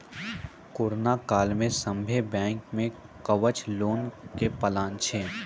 corona काल मे सभ्भे बैंक मे कवच लोन के प्लान छै